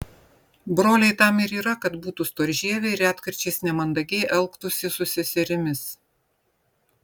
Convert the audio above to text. broliai tam ir yra kad būtų storžieviai ir retkarčiais nemandagiai elgtųsi su seserimis